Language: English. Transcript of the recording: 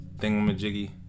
thingamajiggy